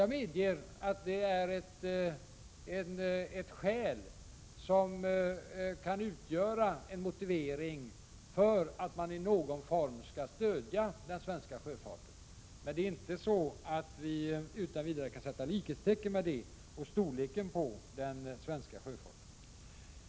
Jag medger att förhållandena härvidlag kan utgöra ett motiv för att man i någon form skall stödja den svenska sjöfarten, men vi kan inte utan vidare sätta likhetstecken mellan sjöfartsnettots och den svenska sjöfartens storlek.